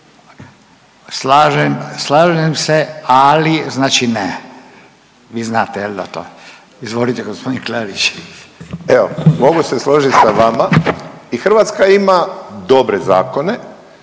slažem se, ali znači ne. Vi znate jel' da to? Izvolite gospodine Klarić. **Klarić, Tomislav (HDZ)** Mogu se složiti sa vama. I Hrvatska ima dobre zakone